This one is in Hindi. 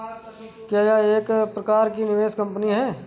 क्या यह एक प्रकार की निवेश कंपनी है?